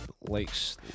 likes